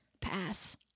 Pass